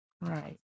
Right